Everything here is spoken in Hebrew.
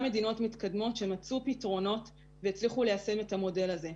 מדינות מתקדמות שמצאו פתרונות והצליחו ליישם את המודל הזה.